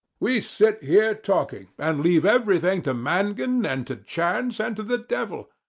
we sit here talking, and leave everything to mangan and to chance and to the devil.